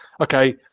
Okay